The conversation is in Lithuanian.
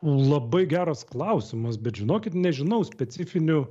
labai geras klausimas bet žinokit nežinau specifinių